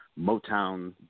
Motown